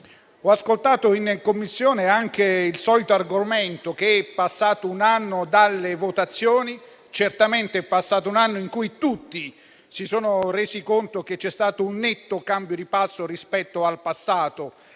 Ho ascoltato in Commissione anche il solito argomento, ossia che è passato un anno dalle elezioni. Certamente è passato un anno in cui tutti si sono resi conto che c'è stato un netto cambio di passo rispetto al passato